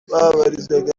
babarizwaga